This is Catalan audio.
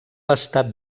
estat